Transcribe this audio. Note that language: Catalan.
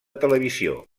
televisió